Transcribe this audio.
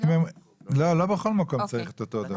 לא בכל מקום צריך אותו הדבר.